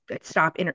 stop